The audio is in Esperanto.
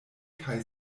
kaj